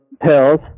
pills